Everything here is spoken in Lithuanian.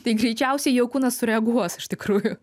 tai greičiausiai jau kūnas sureaguos iš tikrųjų